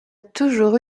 toujours